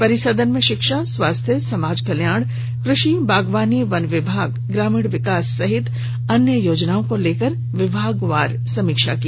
परिसदन में शिक्षा स्वास्थ्य समाज कल्याण कृषि बागवानी वन विभाग ग्रामीण विकास सहित अन्य योजनाओं को लेकर विभागवार समीक्षा की